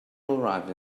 arrive